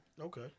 Okay